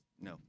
No